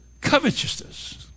Covetousness